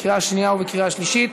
קריאה שנייה וקריאה שלישית.